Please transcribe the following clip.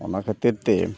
ᱚᱱᱟ ᱠᱷᱟᱹᱛᱤᱨ ᱛᱮ